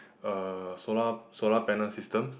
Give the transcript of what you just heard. uh solar solar panel systems